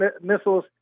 missiles